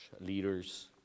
leaders